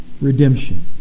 redemption